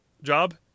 Job